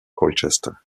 colchester